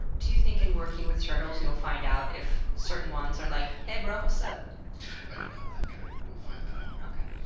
do you think in working with turtles you'll find out if certain ones are like, hey bro. wassup? i do not think you will find that out. okay.